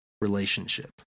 relationship